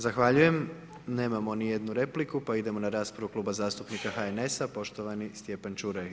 Zahvaljujem, nemamo ni jednu repliku, pa idemo na raspravu Kluba zastupnika HNS-a poštovani Stjepan Čuraj.